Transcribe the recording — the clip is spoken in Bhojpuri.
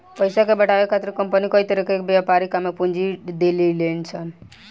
पइसा के बढ़ावे खातिर कंपनी कई तरीका के व्यापारिक काम में पूंजी डलेली सन